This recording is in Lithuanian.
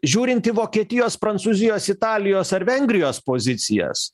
žiūrint į vokietijos prancūzijos italijos ar vengrijos pozicijas